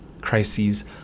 crises